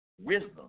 wisdom